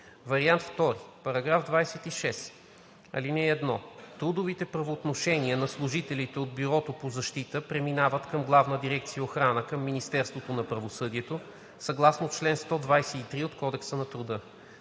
вариант I. (Вариант II) „§ 26. (1) Трудовите правоотношения на служителите от Бюрото по защита преминават към Главна дирекция „Охрана“ към Министерството на правосъдието съгласно чл. 123 от Кодекса на труда.